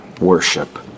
worship